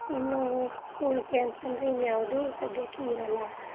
ಇನ್ನೂ ಉಳಿಕೆ ಅಂತಂದರೆ ಇನ್ಯಾವುದೂ ಸದ್ಯಕ್ಕೆ ಇರಲ್ಲ